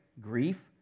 grief